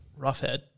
Roughhead